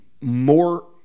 more